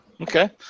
okay